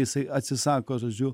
jisai atsisako žodžiu